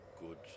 good